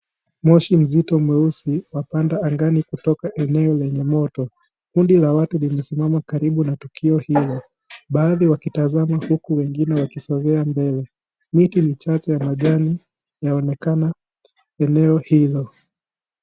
Moshi ,nzito, mweusi, wapanda angani kutoka kwa eneo lenye moto. Kundi la watu limesimama karibu na tukio hilo. Baadhi wakitazama huku wengine wakisogea mbele. Miti michache ya majani, yaonekana eneo hilo.